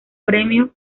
premio